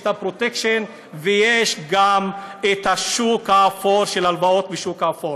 יש פרוטקשן ויש גם הלוואות בשוק האפור.